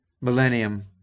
millennium